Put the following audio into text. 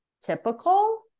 typical